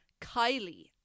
Kylie